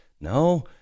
No